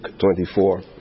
24